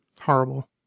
horrible